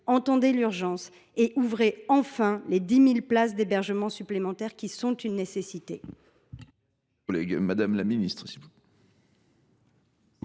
Entendez l’urgence et ouvrez enfin ces 10 000 places d’hébergement supplémentaires, qui sont une nécessité.